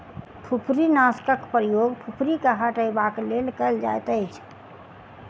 फुफरीनाशकक प्रयोग फुफरी के हटयबाक लेल कयल जाइतअछि